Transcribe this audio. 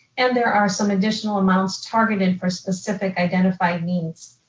and there are some additional amounts targeted for specific identified needs.